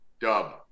Dub